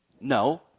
No